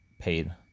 paid